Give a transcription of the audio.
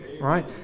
right